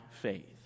faith